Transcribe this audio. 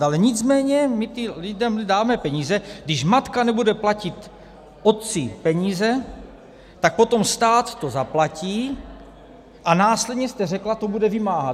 Ale nicméně my těm lidem dáme peníze, když matka nebude platit otci peníze, tak potom stát to zaplatí, a následně jste řekla, že to bude vymáhat.